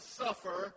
suffer